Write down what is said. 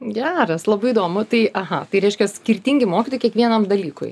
geras labai įdomu tai aha tai reiškia skirtingi mokytojai kiekvienam dalykui